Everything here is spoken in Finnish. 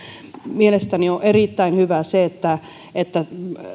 mielestäni on erittäin hyvä se että että